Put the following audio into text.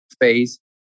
phase